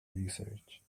research